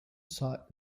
sought